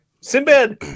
Sinbad